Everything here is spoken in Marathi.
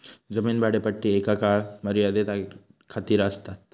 जमीन भाडेपट्टी एका काळ मर्यादे खातीर आसतात